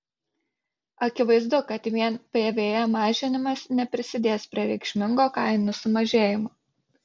akivaizdu kad vien pvm mažinimas neprisidės prie reikšmingo kainų sumažėjimo